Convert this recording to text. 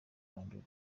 kwandura